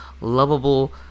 lovable